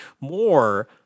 more